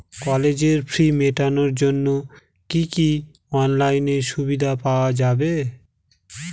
কলেজের ফি মেটানোর জন্য কি অনলাইনে সুবিধা পাওয়া যাবে?